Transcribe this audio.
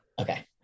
Okay